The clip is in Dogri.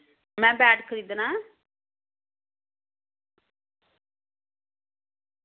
में बैट खरीदना ऐ